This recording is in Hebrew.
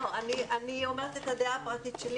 אני אומרת את הדעה הפרטית שלי.